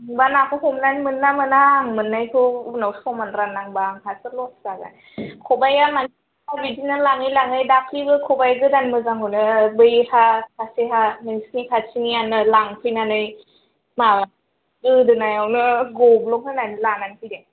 नोंबा नाखौ हमनानै मोनो ना मोना आं मोननायखौ उनाव समान राननांबा आंहासो लस जागोन खबाइआ मानसिफ्रा बिदिनो लाङै लाङै गासैबो खबाइ गोदान मोजांखौनो बैहा सासेहा नोंसिनि खाथिनिआनो लांफैनानै माबा गोदोनायावनो गब्लं होनानै लानानै फैदों